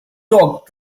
dog